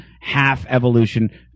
half-evolution